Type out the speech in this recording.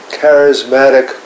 charismatic